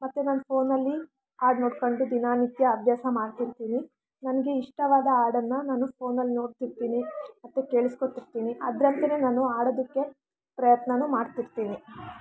ಮತ್ತೆ ನಾನು ಫೋನಲ್ಲಿ ಹಾಡು ನೋಡ್ಕೊಂಡು ದಿನನಿತ್ಯ ಅಭ್ಯಾಸ ಮಾಡ್ತಿರ್ತೀನಿ ನನಗೆ ಇಷ್ಟವಾದ ಹಾಡನ್ನು ನಾನು ಫೋನಲ್ಲಿ ನೋಡ್ತಿರ್ತೀನಿ ಮತ್ತೆ ಕೇಳಿಸ್ಕೋತಿರ್ತೀನಿ ಅದರಂತೆಯೇ ನಾನು ಹಾಡೋದಕ್ಕೆ ಪ್ರಯತ್ನವೂ ಮಾಡ್ತಿರ್ತೀನಿ